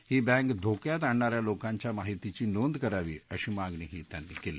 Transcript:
ही bank धोक्यात आणणाऱ्या लोकांच्या माहितीची नोंद करावी अशी मागणीही त्यांनी केली